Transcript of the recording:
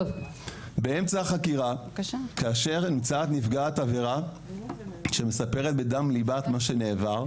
באמצע החקירה כאשר נמצאת נפגעת עבירה שמספרת בדם ליבה את מה שעברה,